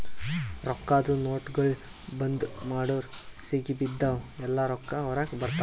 ರೊಕ್ಕಾದು ನೋಟ್ಗೊಳ್ ಬಂದ್ ಮಾಡುರ್ ಸಿಗಿಬಿದ್ದಿವ್ ಎಲ್ಲಾ ರೊಕ್ಕಾ ಹೊರಗ ಬರ್ತಾವ್